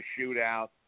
shootout